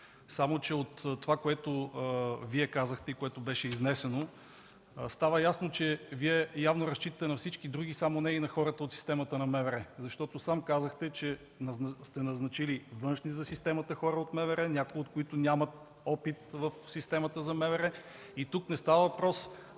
Само че от това, което Вие казахте и което беше изнесено, става ясно, че явно разчитате на всички други, само не и на хората от системата на МВР. Защото сам казахте, че сте назначили външни за системата хора от МВР, някои от които нямат опит в системата за МВР. Тук не става въпрос